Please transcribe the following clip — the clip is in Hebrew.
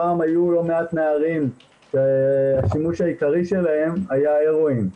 פעם היו לא מעט נערים שהשימוש העיקרי שלהם היה הרואין.